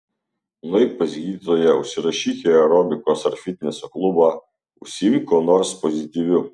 nueik pas gydytoją užsirašyk į aerobikos ar fitneso klubą užsiimk kuo nors pozityviu